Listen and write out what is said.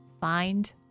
find